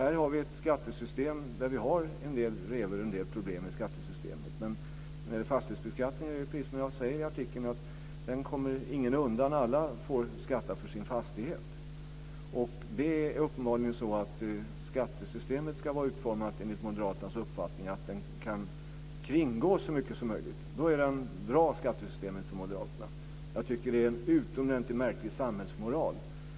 Vi har ett skattesystem med en del revor och problem. Med fastighetsbeskattningen är det precis som jag säger i artikeln. Den kommer ingen undan, utan alla får skatta för sin fastighet. Det är uppenbarligen så att skattesystemet enligt moderaternas uppfattning ska vara utformat så att det kan kringgås så mycket som möjligt. Då är det ett bra skattesystem för moderaterna. Jag tycker att det är en utomordentligt märklig samhällsmoral.